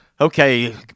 okay